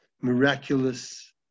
miraculous